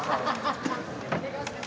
Tak